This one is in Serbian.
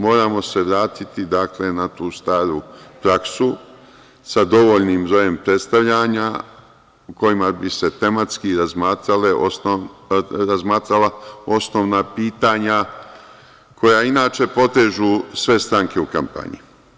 Moramo se vratiti na tu staru praksu, sa dovoljnim brojem predstavljanja, u kojima bi se tematski razmatrala osnovna pitanja koja inače potežu sve stranke u kampanji.